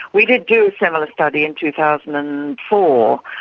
we did do a similar study in two thousand and four,